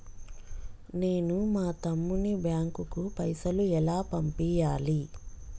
నేను మా తమ్ముని బ్యాంకుకు పైసలు ఎలా పంపియ్యాలి?